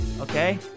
Okay